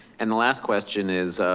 and the last question is,